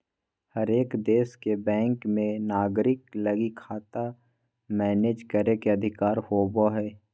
हरेक देश के बैंक मे नागरिक लगी खाता मैनेज करे के अधिकार होवो हय